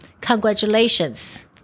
congratulations